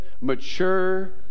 Mature